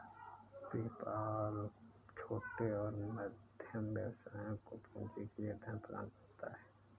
PayPal छोटे और मध्यम व्यवसायों को पूंजी के लिए धन प्रदान करता है